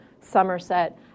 Somerset